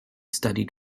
studied